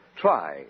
try